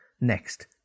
Next